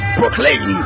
proclaim